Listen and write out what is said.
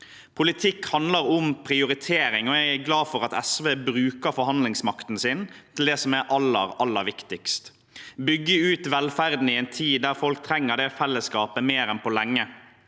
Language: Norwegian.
Politikk handler om prioritering, og jeg er glad for at SV bruker forhandlingsmakten sin til det som er aller, aller viktigst. Å bygge ut velferden i en tid der folk trenger det fellesskapet mer enn på lenge,